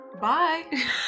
Bye